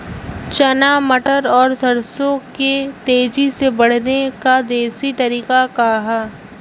चना मटर और सरसों के तेजी से बढ़ने क देशी तरीका का ह?